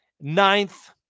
ninth